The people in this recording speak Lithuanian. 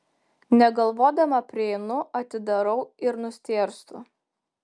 negalvodama prieinu atidarau ir nustėrstu